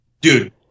Dude